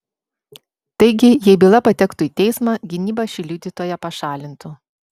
taigi jei byla patektų į teismą gynyba šį liudytoją pašalintų